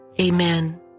Amen